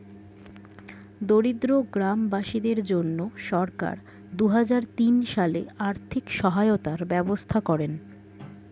দরিদ্র গ্রামবাসীদের জন্য সরকার দুহাজার তিন সালে আর্থিক সহায়তার ব্যবস্থা করেন